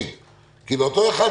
האם אי אפשר להפריד?